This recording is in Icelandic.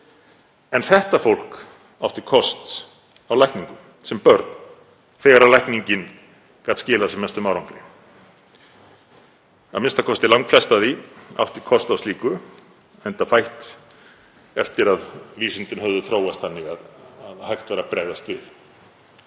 En þetta fólk átti kost á lækningum sem börn þegar lækningin gat skilað sem mestum árangri, a.m.k. langflest af því átti kost á slíku, enda fætt eftir að vísindin höfðu þróast þannig að hægt var að bregðast við.